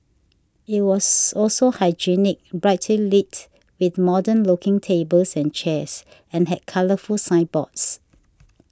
it was also hygienic brightly lit with modern looking tables and chairs and had colourful signboards